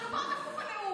התשובות בגוף הנאום.